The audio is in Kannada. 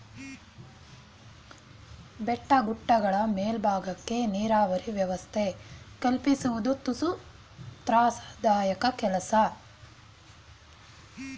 ಬೆಟ್ಟ ಗುಡ್ಡಗಳ ಮೇಲ್ಬಾಗಕ್ಕೆ ನೀರಾವರಿ ವ್ಯವಸ್ಥೆ ಕಲ್ಪಿಸುವುದು ತುಸು ತ್ರಾಸದಾಯಕ ಕೆಲಸ